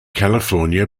california